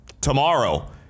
tomorrow